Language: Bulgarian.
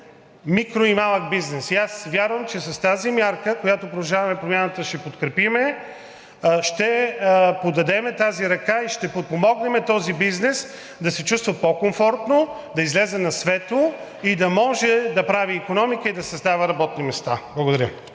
микро- и малък бизнес. И аз вярвам, че с тази мярка, която „Продължаваме Промяната“ ще подкрепим, ще подадем тази ръка и ще подпомогнем този бизнес да се чувства по-комфортно, да излезе на светло и да може да прави икономика и да създава работни места. Благодаря.